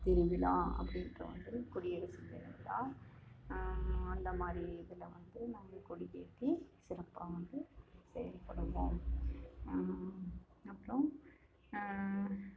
திருவிழா அப்படின்றது வந்து குடியரசு தினவிழா அந்த மாதிரி இதில் வந்து நாங்கள் கொடி ஏற்றி சிறப்பாக வந்து செயல்படுவோம் அப்புறம்